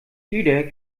jeder